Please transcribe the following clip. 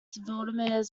vladimir